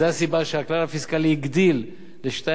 זו הסיבה שהכלל הפיסקלי הגדיל את תקרת